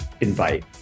invite